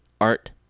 Art